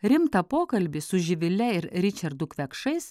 rimtą pokalbį su živile ir ričardu kvekšais